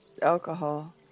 alcohol